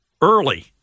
Early